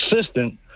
assistant